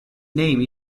name